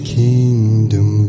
kingdom